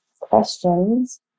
questions